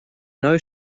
know